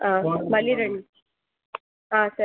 మళ్ళీ రండి సరే